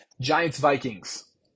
Giants-Vikings